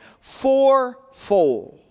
fourfold